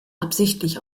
absichtlich